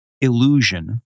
illusion